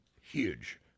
huge